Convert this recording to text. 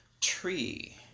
Tree